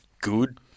good